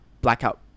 blackout